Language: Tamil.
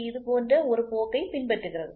இது போன்ற ஒரு போக்கைப் பின்பற்றுகிறது